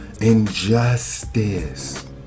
injustice